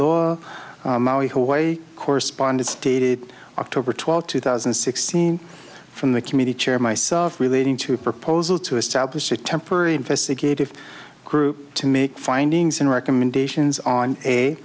law maui hawaii corresponded stated october twelfth two thousand and sixteen from the committee chair myself relating to a proposal to establish a temporary investigative group to make findings and recommendations on a